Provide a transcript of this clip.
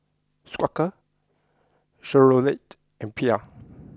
Quaker Chevrolet and Bia